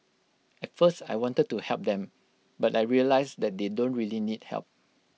at first I wanted to help them but I realised that they don't really need help